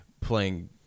playing